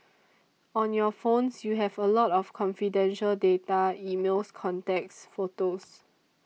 on your phones you have a lot of confidential data emails contacts photos